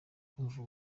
kumva